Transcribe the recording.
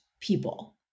people